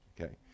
Okay